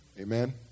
amen